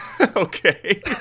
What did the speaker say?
okay